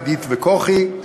עידית וכוכי,